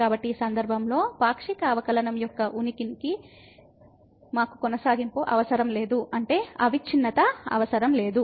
కాబట్టి ఈ సందర్భంలో పాక్షిక అవకలనంయొక్క ఉనికికి మాకు కొనసాగింపు అవసరం లేదు